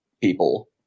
people